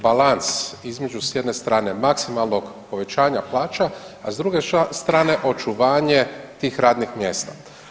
Balans između s jedne strane maksimalnog povećanja plaća, a s druge strane očuvanje tih radnih mjesta.